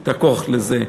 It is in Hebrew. את הכוח לזה.